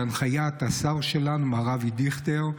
בהנחיית השר שלנו מר אבי דיכטר,